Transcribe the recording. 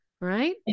right